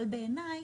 בעיניי